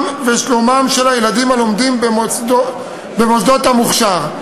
ושלומם של הילדים הלומדים במוסדות המוכש"ר.